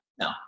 No